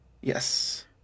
Yes